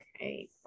okay